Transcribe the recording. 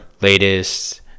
latest